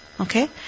okay